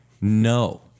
no